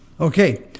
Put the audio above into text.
okay